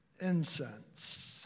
incense